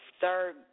third